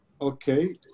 Okay